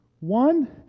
One